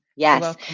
Yes